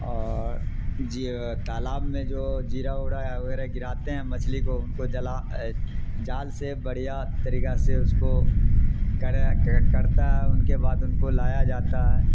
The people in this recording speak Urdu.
اور ج تالاب میں جو جیرا ورا وغیرہ گراتے ہیں مچھلی کو ان کو جلا جال سے بڑھیا طریقہ سے اس کو کر کرتا ہے ان کے بعد ان کو لایا جاتا ہے